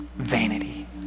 vanity